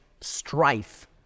strife